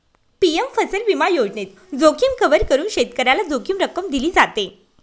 PM फसल विमा योजनेत, जोखीम कव्हर करून शेतकऱ्याला जोखीम रक्कम दिली जाते